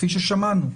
כפי ששמענו,